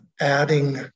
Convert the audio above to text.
adding